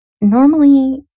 normally